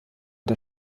der